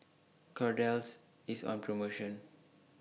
Kordel's IS on promotion